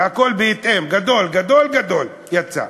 זה הכול בהתאם, גדול, גדול, גדול, יצא.